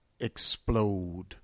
explode